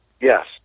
Yes